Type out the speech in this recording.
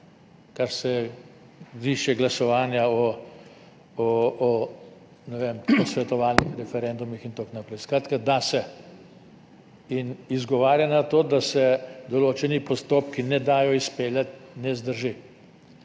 kar se tiče glasovanja o, ne vem, posvetovalnih referendumih in tako naprej. Skratka, da se. Izgovarjanje na to, da se določeni postopki ne dajo izpeljati, ne vzdrži.